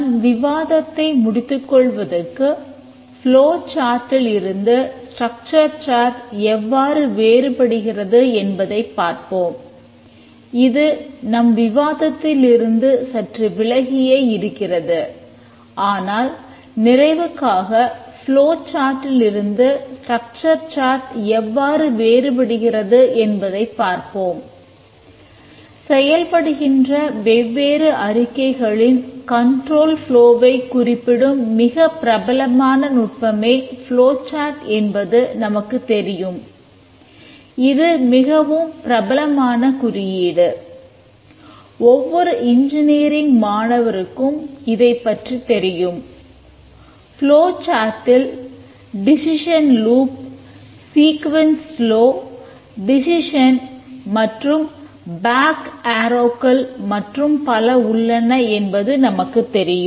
நம் விவாதத்தை முடித்துக் கொள்வதற்கு ஃப்லோ சார்ட்டில் மற்றும் பல உள்ளன என்பது நமக்குத் தெரியும்